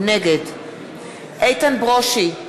נגד איתן ברושי,